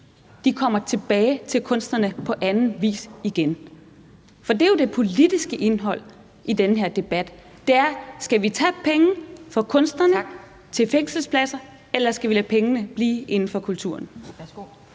kommer tilbage til kunstnerne på anden vis igen. For det er jo det politiske indhold i den her debat. Skal vi tage penge fra kunstnerne til fængselspladser, eller skal vi lade pengene blive inden for kulturen?